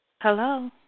Hello